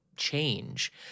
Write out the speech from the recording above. Change